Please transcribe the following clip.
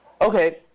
Okay